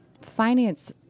finance